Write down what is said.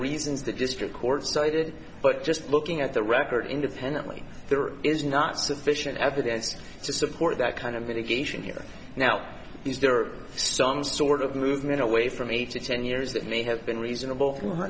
reasons the district court cited but just looking at the record independently there is not sufficient evidence to support that kind of indication here now is there some sort of movement away from eight to ten years that may have been reasonable for her